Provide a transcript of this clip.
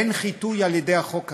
אין חיטוי על-ידי החוק הזה.